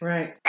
Right